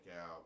out